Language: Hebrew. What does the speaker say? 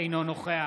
אינו נוכח